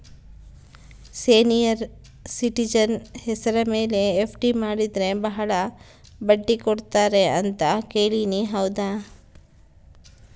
Senior citizen ಹೆಸರ ಮೇಲೆ FD ಮಾಡಿದರೆ ಬಹಳ ಬಡ್ಡಿ ಕೊಡ್ತಾರೆ ಅಂತಾ ಕೇಳಿನಿ ಹೌದಾ?